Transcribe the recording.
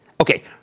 Okay